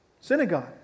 Synagogue